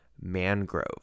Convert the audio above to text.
Mangrove